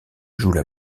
jouent